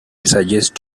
suggest